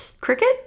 Cricket